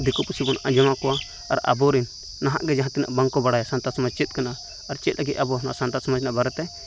ᱫᱤᱠᱩ ᱯᱩᱥᱤ ᱵᱚᱱ ᱟᱸᱧᱡᱚᱢ ᱟᱠᱣᱟ ᱟᱨ ᱟᱵᱚ ᱨᱮᱱ ᱱᱟᱦᱟᱜ ᱡᱮ ᱡᱟᱦᱟᱸ ᱛᱤᱱᱟᱹᱜ ᱜᱮ ᱵᱟᱝ ᱠᱚ ᱵᱟᱲᱟᱭᱟ ᱥᱟᱱᱛᱟᱲ ᱥᱚᱢᱟᱡᱽ ᱪᱮᱫ ᱠᱟᱱᱟ ᱟᱨ ᱪᱮᱫ ᱞᱟᱜᱤᱫ ᱟᱵᱚ ᱱᱚᱣᱟ ᱥᱟᱱᱛᱟᱲ ᱥᱚᱢᱟᱡᱽ ᱨᱮᱱᱟᱜ ᱵᱟᱨᱮ ᱛᱮ